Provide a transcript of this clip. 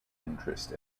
interest